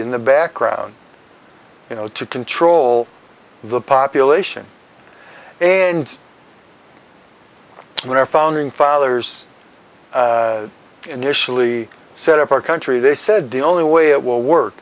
in the background you know to control the population and when our founding fathers initially set up our country they said the only way it will work